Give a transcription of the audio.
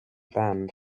band